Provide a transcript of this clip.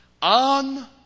On